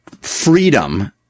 freedom